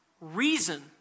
reason